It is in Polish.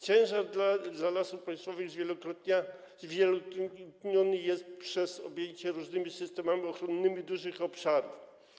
Ciężar dla Lasów Państwowych zwielokrotniony jest przez objęcie różnymi systemami ochronnymi dużych obszarów.